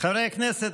חברי הכנסת,